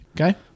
Okay